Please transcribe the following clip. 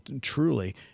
truly